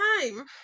time